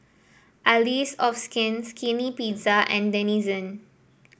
Allies of Skin Skinny Pizza and Denizen